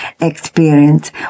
experience